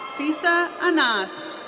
fiza anas.